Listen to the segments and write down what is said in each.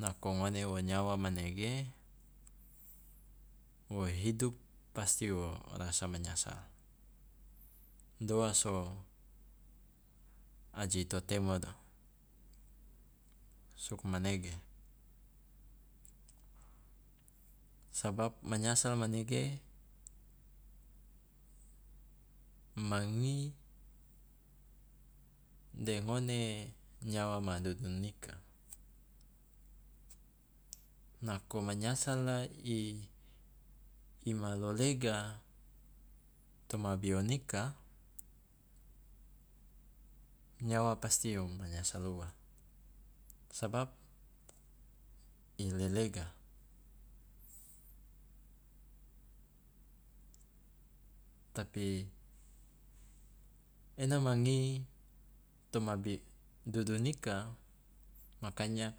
Nako ngone wo nyawa manege wo hidup pasti wo rasa manyasal, doa so aji to temo sugmanege, sabab manyasal manege ma ngi de ngone nyawa ma dudunika nako manyasal la i i ma lolega toma bionika nyawa pasti wo manyasal ua, sabab i lelega. Tapi ena ma ngi toma bi- dudunika makanya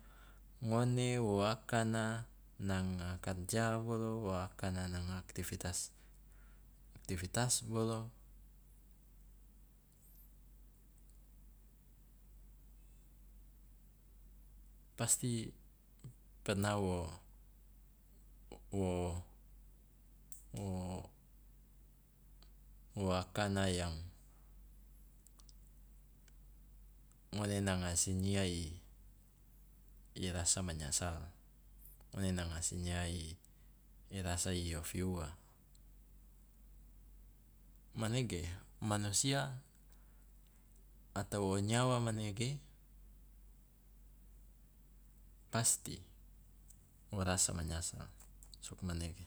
ngone wo akana nanga karja bolo, wo akana nanga aktivitas aktivitas bolo pasti pernah wo wo wo wo akana yang ngone nanga sinyia i i rasa manyasal ngone nanga sinyia i rasa i ofi ua, manege manusia atau o nyawa manege pasti wo rasa manyasal, sugmanege.